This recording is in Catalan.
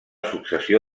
successió